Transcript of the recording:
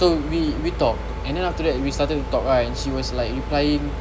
so we we talk and then after that we started to talk ah she was like replying